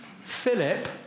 Philip